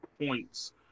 points